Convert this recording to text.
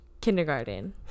kindergarten